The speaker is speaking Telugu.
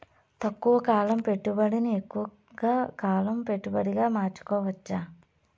తక్కువ కాలం పెట్టుబడిని ఎక్కువగా కాలం పెట్టుబడిగా మార్చుకోవచ్చా?